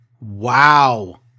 Wow